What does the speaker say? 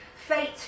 fate